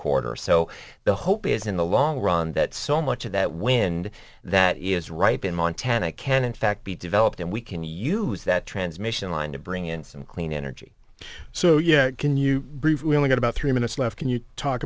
quarter so the hope is in the long run that so much of that wind that is right in montana can in fact be developed and we can use that transmission line to bring in some clean energy so you know can you only get about three minutes left can you talk